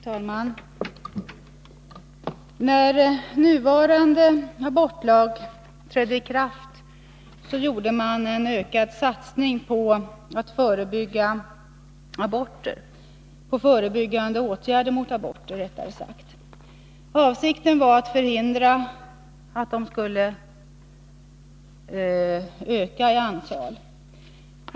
Fru talman! När nuvarande abortlag trädde i kraft gjordes en ökad satsning på de förebyggande åtgärderna mot abort. Avsikten var att förhindra att aborterna skulle öka i antal.